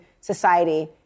society